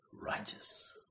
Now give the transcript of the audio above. righteous